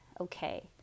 okay